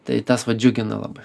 tai tas va džiugina labai